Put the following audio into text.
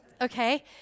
okay